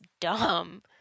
dumb